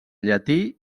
llatí